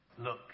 Look